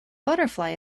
butterfly